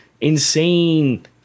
Insane